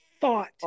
thought